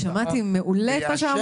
אני שמעתי מעולה את מה שאמרת.